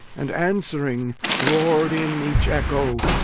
and answering roared in each echo.